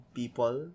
people